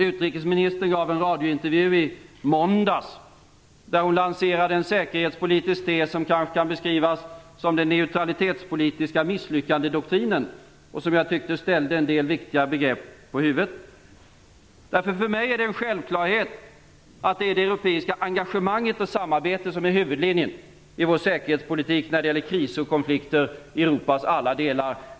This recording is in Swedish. Utrikesministern gav en radiointervju i måndags där hon lanserade en säkerhetspolitisk tes som kanske kan beskrivas som den neutralitetspolitiska misslyckandedoktrinen och som jag tyckte ställde en del viktiga begrepp på huvudet. För mig är det en självklarhet att det är det europeiska engagemanget och samarbetet som är huvudlinjen i vår säkerhetspolitik när det gäller kriser och konflikter i Europas alla delar.